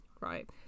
right